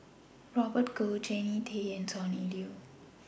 Robert Goh Jannie Tay and Sonny Liew